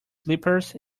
slippers